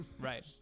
Right